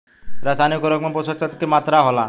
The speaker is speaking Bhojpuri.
रसायनिक उर्वरक में पोषक तत्व की मात्रा होला?